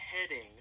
heading